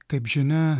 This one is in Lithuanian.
kaip žinia